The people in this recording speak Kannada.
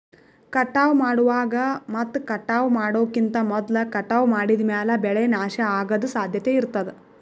ಕಟಾವ್ ಮಾಡುವಾಗ್ ಮತ್ ಕಟಾವ್ ಮಾಡೋಕಿಂತ್ ಮೊದ್ಲ ಕಟಾವ್ ಮಾಡಿದ್ಮ್ಯಾಲ್ ಬೆಳೆ ನಾಶ ಅಗದ್ ಸಾಧ್ಯತೆ ಇರತಾದ್